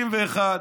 61,